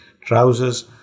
trousers